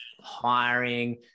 hiring